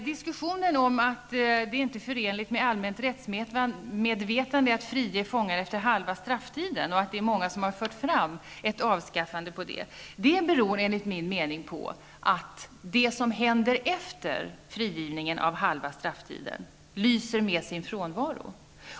Diskussionen om att det inte är förenligt med allmänt rättsmedvetande att frige fångar efter halva strafftiden, och att många har fört fram önskemål om avskaffande av denna princip, beror enligt min mening på att det som borde hända vid frigivning efter halva strafftiden lyser med sin frånvaro.